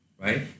right